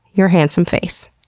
your handsome face.